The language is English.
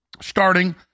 starting